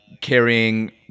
carrying